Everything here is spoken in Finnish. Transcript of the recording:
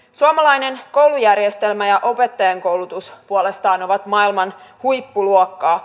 suomalainen koulujärjestelmä ja opettajankoulutus puolestaan ovat maailman huippuluokkaa